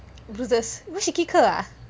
bruises she kick her ah